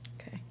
Okay